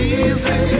easy